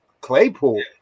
Claypool